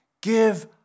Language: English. Give